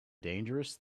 dangerous